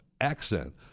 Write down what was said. accent